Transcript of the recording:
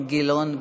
גילאון.